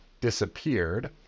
disappeared